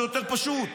זה יותר פשוט.